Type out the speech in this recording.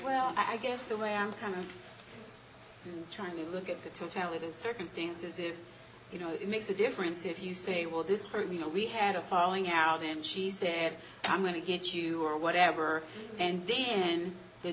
well i guess the way i'm coming trying to look at the totality of circumstances if you know it makes a difference if you say will this hurt you know we had a falling out and she said i'm going to get you or whatever and then the